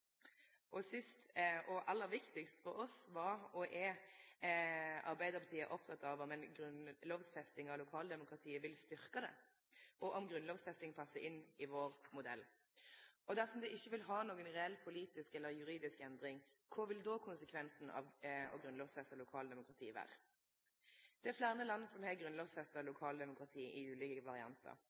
Sist – og aller viktigast for oss: Arbeidarpartiet var og er oppteke av om ei grunnlovfesting av lokaldemokratiet vil styrkje det, og om grunnlovfesting passar inn i vår modell. Og dersom det ikkje vil ha noka reell politisk eller juridisk endring, kva vil då konsekvensane av å grunnlovfeste lokaldemokratiet vere? Det er fleire land som har grunnlovfesta lokaldemokratiet i ulike variantar.